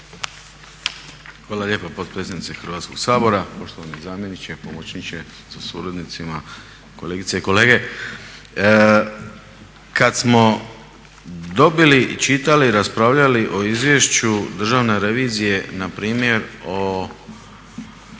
Hvala lijepa potpredsjednice Hrvatskog sabora, poštovani zamjeniče i pomoćniče sa suradnicima, kolegice i kolege. Kad smo dobili i čitali, raspravljali o Izvješću Državne revizije na primjer o